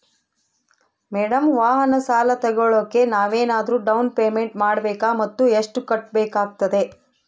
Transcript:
Madam ವಾಹನ ಸಾಲ ತೋಗೊಳೋಕೆ ನಾವೇನಾದರೂ ಡೌನ್ ಪೇಮೆಂಟ್ ಮಾಡಬೇಕಾ ಮತ್ತು ಎಷ್ಟು ಕಟ್ಬೇಕಾಗ್ತೈತೆ?